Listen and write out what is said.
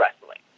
wrestling